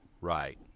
Right